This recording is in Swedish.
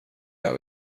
gör